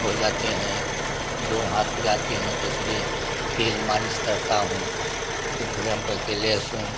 हो जाते हैं गोड़ हाथ पिराते हैं तो इसलिए तेल मालिस करता हूँ तो गरम करके लेहसुन